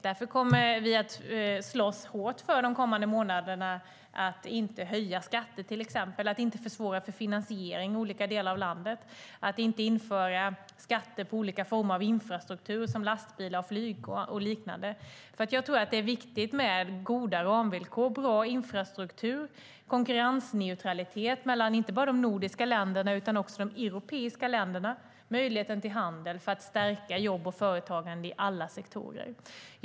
Därför kommer vi att slåss hårt under de kommande månaderna för att inte höja skatter, att inte försvåra för finansiering i olika delar av landet samt att inte införa skatter på olika former av infrastruktur såsom lastbilar, flyg och liknande. Det är viktigt med goda ramvillkor, bra infrastruktur och konkurrensneutralitet, inte bara mellan de nordiska länderna undan också mellan de europeiska länderna. Möjligheterna till handel för att stärka jobb och företagande i alla sektorer är också viktiga.